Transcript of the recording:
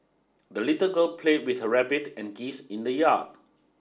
the little girl played with her rabbit and geese in the yard